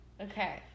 Okay